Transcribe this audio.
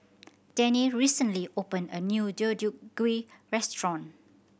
Dennie recently opened a new Deodeok Gui restaurant